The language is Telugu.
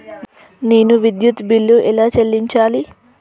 నేను విద్యుత్ బిల్లు ఎలా చెల్లించాలి?